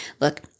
look